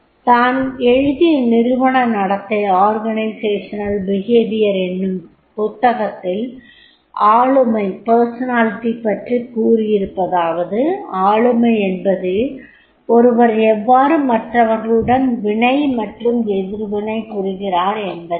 Robbins தான் எழுதிய நிறுவன நடத்தை எனும் புத்தகத்தில் ஆளுமை பற்றிக் கூறியிருப்பதாவது ஆளுமை என்பது ஒருவர் எவ்வாறு மற்றவர்களுடன் வினை மற்றும் எதிர்வினை புரிகிறார் என்பதே